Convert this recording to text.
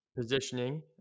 positioning